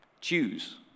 choose